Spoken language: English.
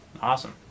Awesome